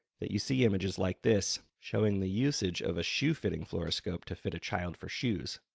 that you see images like this showing the usage of a shoe-fitting fluoroscope to fit a child for shoes,